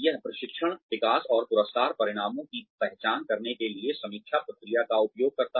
यह प्रशिक्षण विकास और पुरस्कार परिणामों की पहचान करने के लिए समीक्षा प्रक्रिया का उपयोग करता है